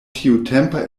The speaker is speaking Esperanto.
tiutempa